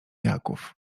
jaków